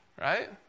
Right